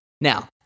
now